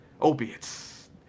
Opiates